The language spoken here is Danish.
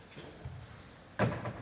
Tak